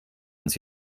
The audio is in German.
uns